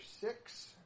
six